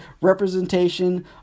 representation